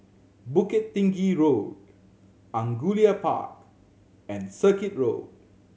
Bukit Tinggi Road Angullia Park and Circuit Road